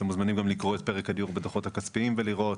אתם מוזמנים גם לקרוא את פרק הדיור בדוחות הכספיים ולראות.